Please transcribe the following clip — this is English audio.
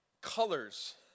colors